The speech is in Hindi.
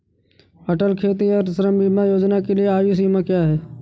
अटल खेतिहर श्रम बीमा योजना के लिए आयु सीमा क्या है?